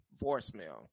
voicemail